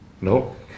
Nope